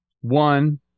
one